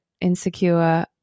insecure